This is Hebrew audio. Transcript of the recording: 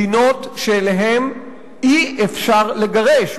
מדינות שאליהן אי-אפשר לגרש.